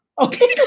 Okay